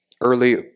early